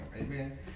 Amen